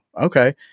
okay